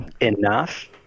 enough